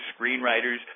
screenwriters